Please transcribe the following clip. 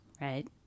right